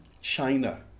China